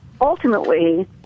ultimately